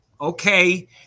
okay